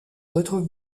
retrouve